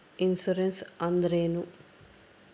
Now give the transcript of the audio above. Insurance ಅಂದ್ರೇನು?